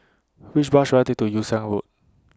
Which Bus should I Take to Yew Siang Road